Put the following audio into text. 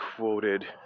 quoted